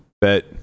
bet